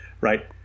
right